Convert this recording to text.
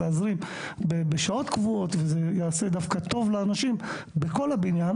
להזרים בשעות קבועות וזה יעשה דווקא טוב לאנשים בכל הבניין